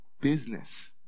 business